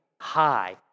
high